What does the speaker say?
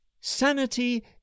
Sanity